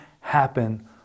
happen